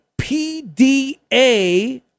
PDA